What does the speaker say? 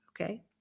Okay